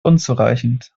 unzureichend